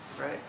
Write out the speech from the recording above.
Right